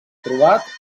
trobat